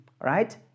right